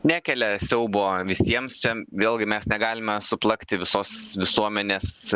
nekelia siaubo visiems čia vėlgi mes negalime suplakti visos visuomenės